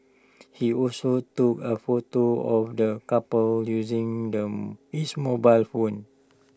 he also took A photo of the couple using them his mobile phone